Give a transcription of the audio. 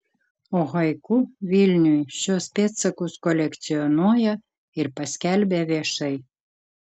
o haiku vilniui šiuos pėdsakus kolekcionuoja ir paskelbia viešai